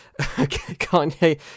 Kanye